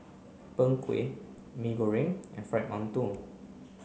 Png Kueh Mee Goreng and Fried Mantou